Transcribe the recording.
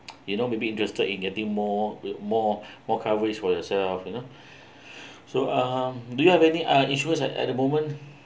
you know maybe interested in getting more more more coverage for yourself you know so um do you have any uh insurance at at the moment